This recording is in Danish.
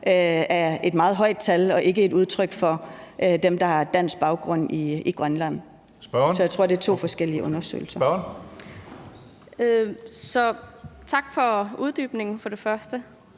er et meget højt tal og ikke et udtryk for dem, der har dansk baggrund i Grønland. Så jeg tror, det er to forskellige undersøgelser. Kl. 22:49 Tredje næstformand (Karsten